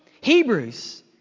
Hebrews